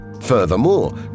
Furthermore